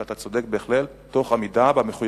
ואתה צודק בהחלט תוך עמידה במחויבויות